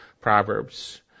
Proverbs